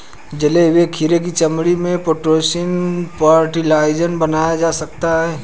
जले हुए खीरे की चमड़ी से पोटेशियम फ़र्टिलाइज़र बनाया जा सकता है